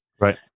Right